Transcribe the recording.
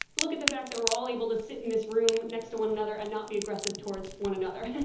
look at the fact that we're all able to sit in this room next to one another and not be aggressive towards one another.